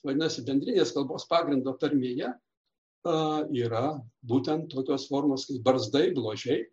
vadinasi bendrinės kalbos pagrindo tarmėje yra būtent tokios formos barzdai bložiai